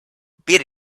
beat